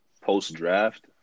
post-draft